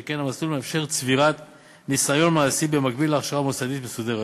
שכן המסלול מאפשר צבירת ניסיון מעשי במקביל להכשרה מוסדית מסודרת.